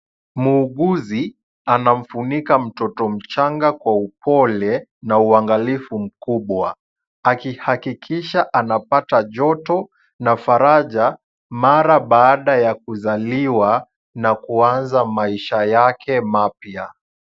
Muuguzi anamfunika mtoto mchanga kwa upole na uangalifu mkubwa, akihakikisha anapata joto na faraja mara baada ya kuzaliwa na kuanza maisha yake mapya.